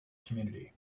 community